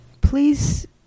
Please